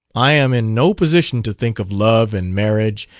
i am in no position to think of love and marriage,